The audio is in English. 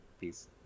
peace